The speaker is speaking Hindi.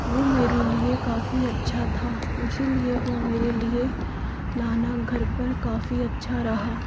वह मेरे लिए काफ़ी अच्छा था इसीलिए वह मेरे लिए लाना घर पर काफ़ी अच्छा रहा